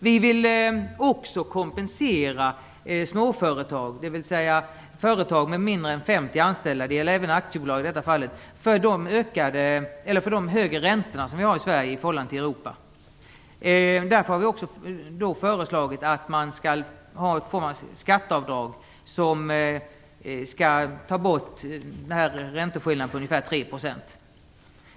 Vi vill också kompensera småföretag, dvs. företag med mindre än 50 anställda - det gäller även aktiebolag i detta fall -, för de högre räntor som vi har i Sverige i förhållande till övriga Europa. Vi har därför föreslagit en form av skatteavdrag som skulle reducera ränteskillnaden med ungefär 3 %.